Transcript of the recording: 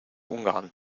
ungarn